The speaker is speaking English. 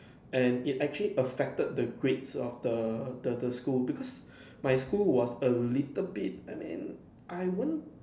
and it actually affected the grades of the the the school because my school was a little bit I mean I won't